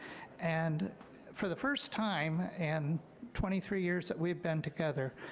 and for the first time in twenty three years that we've been together,